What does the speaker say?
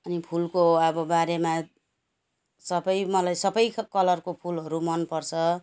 अनि फुलको अब बारेमा सबै मलाई सबै कलरको फुलहरू मनपर्छ